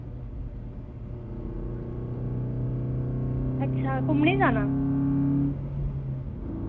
अच्छा घुम्मने जाना